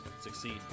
succeed